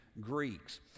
Greeks